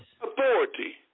authority